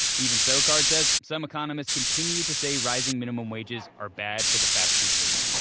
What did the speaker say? even so, card said some economists continue to say rising minimum wages are bad for the fast food business.